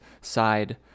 side